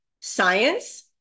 science